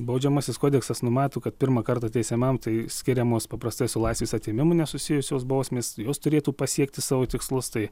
baudžiamasis kodeksas numato kad pirmą kartą teisiamam tai skiriamos paprastai su laisvės atėmimu nesusijusios bausmės jos turėtų pasiekti savo tikslus tai